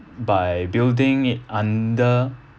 by building it under